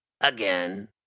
again